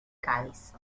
cádiz